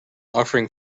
offering